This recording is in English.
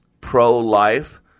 pro-life